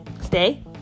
Stay